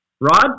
Rod